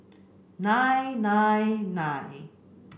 nine nine nine